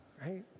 right